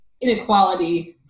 inequality